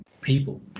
people